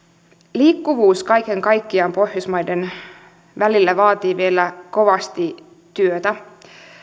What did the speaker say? liikkuvuus kaiken kaikkiaan pohjoismaiden välillä vaatii vielä kovasti työtä